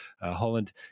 Holland